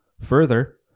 Further